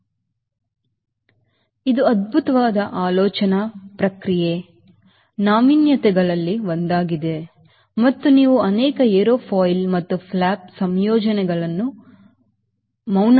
ಆದ್ದರಿಂದ ಇದು ಅದ್ಭುತವಾದ ಆಲೋಚನಾ ಪ್ರಕ್ರಿಯೆ ನಾವೀನ್ಯತೆಗಳಲ್ಲಿ ಒಂದಾಗಿದೆ ಮತ್ತು ನೀವು ಅನೇಕ ಏರೋಫಾಯಿಲ್ ಮತ್ತು ಫ್ಲಾಪ್ ಸಂಯೋಜನೆಗಳು ಇದನ್ನು ಮೌನವಾಗಿ ಆಧರಿಸಿದೆ ಸರಿ